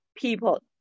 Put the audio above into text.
people